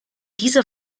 diese